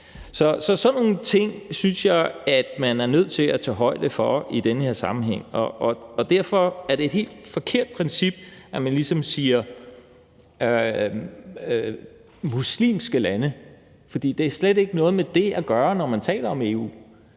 Så sådan nogle ting synes jeg at man er nødt til at tage højde for i den her sammenhæng, og derfor er det et helt forkert princip, at man ligesom siger »muslimske lande«, for det har slet ikke noget med det at gøre, når man taler om EU.